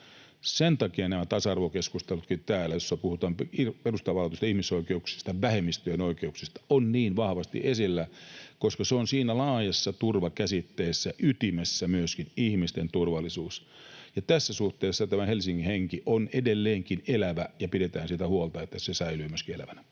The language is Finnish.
Sen takia nämä tasa-arvokeskustelutkin täällä, joissa puhutaan perustavanlaatuisista ihmisoikeuksista ja vähemmistöjen oikeuksista, ovat niin vahvasti esillä, koska ihmisten turvallisuus on siinä laajassa turvakäsitteessä ytimessä myöskin, ja tässä suhteessa tämä Helsingin henki on edelleenkin elävä. Pidetään siitä huolta, että se myöskin säilyy